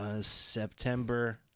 September